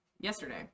yesterday